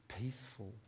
peaceful